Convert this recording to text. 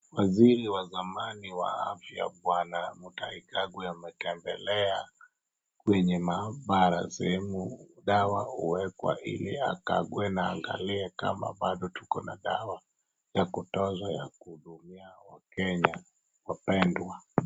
Waziri wa afya wa zamani wa afya bwana Mutahi Kagwe ametembelea kwenye maabara sehemu dawa huwekwa ili akague na angalie kama bado tuko na dawa ya kutosha ya kuhudumiwa wakenya wapendwa.